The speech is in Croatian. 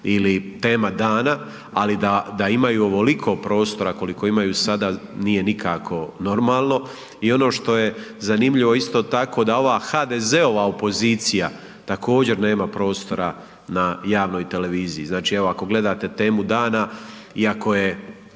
ili „Tema dana“, ali da imaju ovoliko prostora koliko imaju sada nije nikako normalno. I ono što je zanimljivo isto tako da ova HDZ-ova opozicija također nema prostora na javnoj televiziji. Znači ako gledate „Temu dana“ i ako je